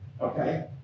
Okay